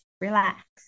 Relax